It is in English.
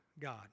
God